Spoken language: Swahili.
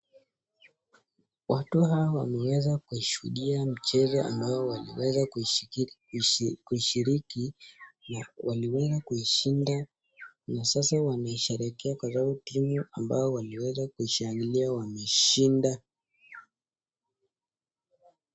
Watu hawa wameweza kushuhudia mchezo ambao waliweza kushiriki na waliweza kushinda na sasa wamesherehekea kwa sababu timu ambayo waliweza kushangilia wameshinda.